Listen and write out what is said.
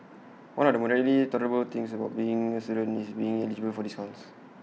one of the moderately tolerable things about being A student is being eligible for discounts